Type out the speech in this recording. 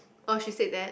oh she said that